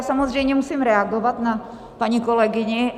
Samozřejmě musím reagovat na paní kolegyni.